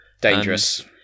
Dangerous